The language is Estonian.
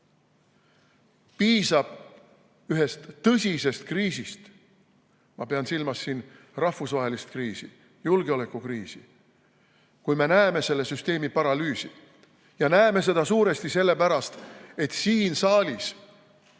Piisab ühest tõsisest kriisist. Ma pean silmas rahvusvahelist kriisi, julgeolekukriisi. Kui me näeme selle süsteemi paralüüsi, siis näeme seda suuresti sellepärast, et siin saalis